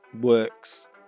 works